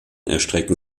erstrecken